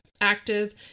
active